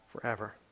forever